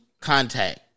contact